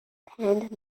penned